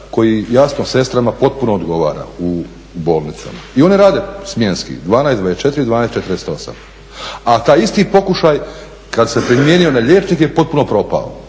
koji jasno sestrama potpuno odgovara u bolnicama i one rade smjenski, 12, 24 i 12, 48, a taj isti pokušaj kada se primijenio na liječnike potpuno propao